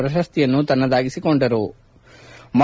ಪ್ರಶಸ್ತಿಯನ್ನು ತನ್ನದಾಗಿಸಿಕೊಂಡಿತು